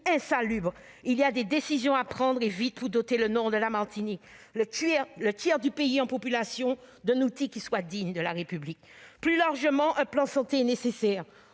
insalubre. Il y a des décisions à prendre, et vite, pour doter le nord de la Martinique, le tiers du pays en termes de population, d'un outil qui soit digne de la République. Plus largement, un plan santé est nécessaire.